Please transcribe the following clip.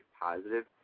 positive